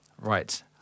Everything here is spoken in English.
Right